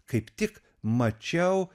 kaip tik mačiau